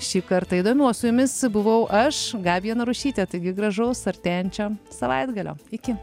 šį kartą įdomių o su jumis buvau aš gabija narušytė taigi gražaus artėjančio savaitgalio iki